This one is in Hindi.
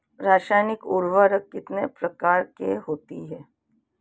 रासायनिक उर्वरक कितने प्रकार के होते हैं?